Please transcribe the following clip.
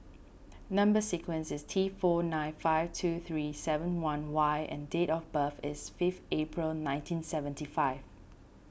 Number Sequence is T four nine five two three seven one Y and date of birth is fifth April nineteen seventy five